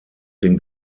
den